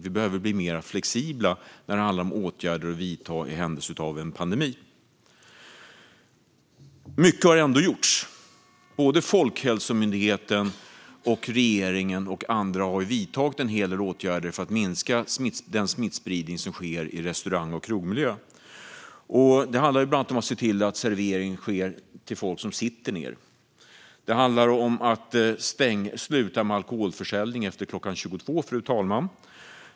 Vi behöver bli mer flexibla när det handlar om åtgärder att vidta i händelse av en pandemi. Mycket har ändå gjorts. Folkhälsomyndigheten, regeringen och andra har vidtagit en hel del åtgärder för att minska den smittspridning som sker i restaurang och krogmiljö. Det handlar bland annat om att se till att servering sker till människor som sitter ned. Det handlar om att sluta med alkoholförsäljning efter klockan 22.00, fru talman.